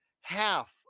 half